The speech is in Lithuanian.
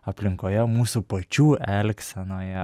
aplinkoje mūsų pačių elgsenoje